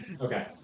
Okay